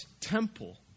temple